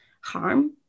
harm